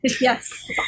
yes